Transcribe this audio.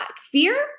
Fear